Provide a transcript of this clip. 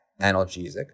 analgesic